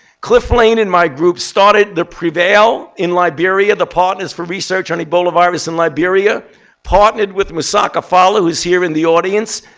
cliff lane and my group started the prevail in liberia, the partners for research on ebola virus in liberia partnered with mosoka fallah, who's here in the audience,